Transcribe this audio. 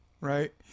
right